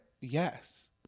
Yes